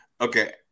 Okay